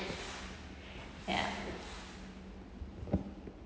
ya